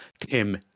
tim